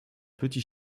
petit